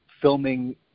filming